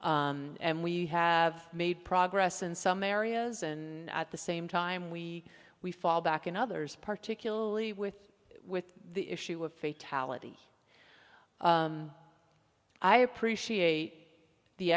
and we have made progress in some areas and at the same time we we fall back and others particularly with with the issue of fatality i appreciate the